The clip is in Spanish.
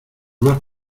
más